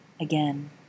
again